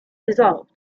dissolved